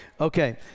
Okay